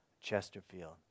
Chesterfield